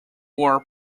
are